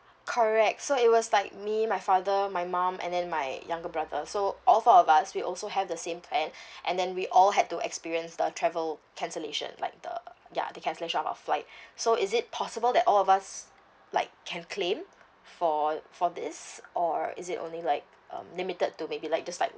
correct so it was like me my father my mom and then my younger brother so all four of us we also have the same plan and then we all had to experience the travel cancellation like the ya the cancellation of our flight so is it possible that all of us like can claim for for this or is it only like um limited to maybe like just like